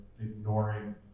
ignoring